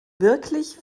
wirklich